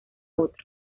otro